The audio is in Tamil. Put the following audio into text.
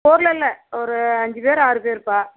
இல்லை ஒரு அஞ்சுப் பேர் ஆறு பேருப்பா